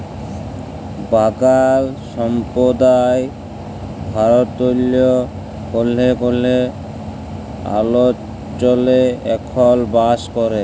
বাগাল সম্প্রদায় ভারতেল্লে কল্হ কল্হ অলচলে এখল বাস ক্যরে